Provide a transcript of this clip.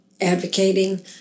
advocating